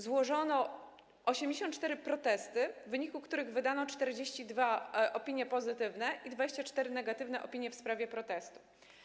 Złożono 84 protesty, w wyniku których wydano 42 pozytywne opinie i 24 negatywne opinie w sprawie tych protestów.